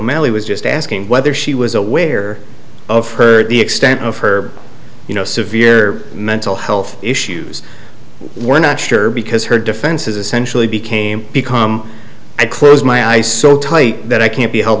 y was just asking whether she was aware of the extent of her you know severe mental health issues we're not sure because her defense is essentially became become i close my eyes so tight that i can't be held